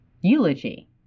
Eulogy